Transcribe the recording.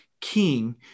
King